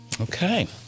Okay